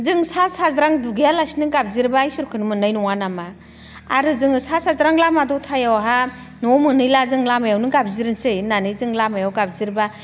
जों सा साज्रां दुगैयालासिनो गाबज्रिब्ला इसोरखोनो मोननाय नङा नामा आरो जोङो सा साज्रां लामा दथायावहा न' मोनहैला जों लामायावनो गाबज्रिनसै होननानै जों लामायाव गाबज्रिब्ला